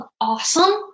awesome